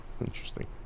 interesting